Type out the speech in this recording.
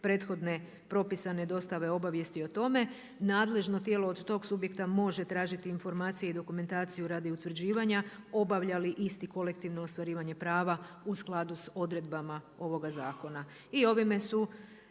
prethodne propisane dostave obavijesti o tome, nadležno tijelo od tog subjekta može tražiti informacije i dokumentaciju radi utvrđivanja obavlja li isti kolektivno ostvarivanje prava u skladu sa odredbama ovoga zakona.